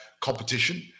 competition